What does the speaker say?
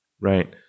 Right